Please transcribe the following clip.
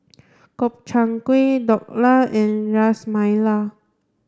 Gobchang Gui Dhokla and Ras Malai